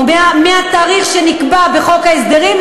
או מהתאריך שנקבע בחוק ההסדרים,